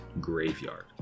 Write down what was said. Graveyard